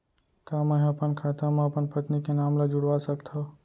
का मैं ह अपन खाता म अपन पत्नी के नाम ला जुड़वा सकथव?